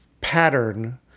pattern